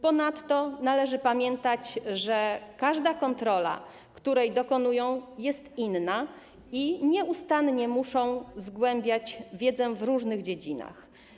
Ponadto należy pamiętać, że każda kontrola, której dokonują, jest inna i nieustannie muszą oni zgłębiać wiedzę w różnych dziedzinach.